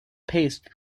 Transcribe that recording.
paste